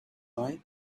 night